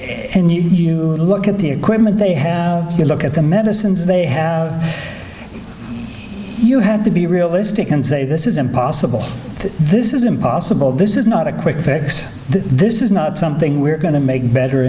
floor you look at the equipment they have you look at the medicines they have you have to be realistic and say this is impossible this is impossible this is not a quick fix this is not something we're going to make better